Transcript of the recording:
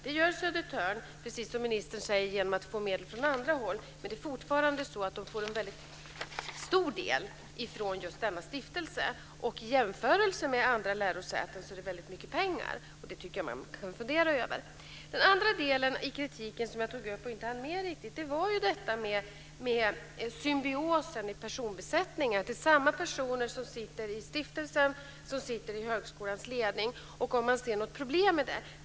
Det gör Södertörns högskola, precis som ministern säger, genom att få medel från andra håll. Men det är fortfarande så att den får en väldigt stor del från just denna stiftelse. Och i jämförelse med andra lärosäten är det väldigt mycket pengar, och det tycker jag att man ska fundera över. Den andra delen i kritiken som jag tog upp och inte hann med riktigt gällde symbiosen vid personbesättningar, dvs. att det är samma personer som sitter i stiftelsen och i högskolans ledning och om man ser något problem med det.